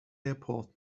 airport